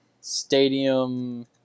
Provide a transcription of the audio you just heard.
stadium